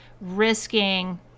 risking